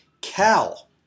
Cal